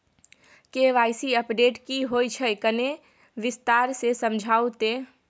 KYC update की होय छै किन्ने विस्तार से समझाऊ ते?